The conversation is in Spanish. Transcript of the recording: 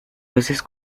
veces